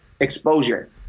exposure